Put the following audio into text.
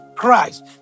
Christ